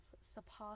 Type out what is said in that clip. surpassed